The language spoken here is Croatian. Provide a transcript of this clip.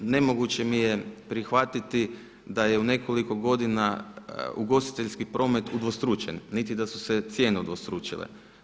Nemoguće mi je prihvatiti da je u nekoliko godina ugostiteljski promet udvostručen, niti da su se cijene udvostručile.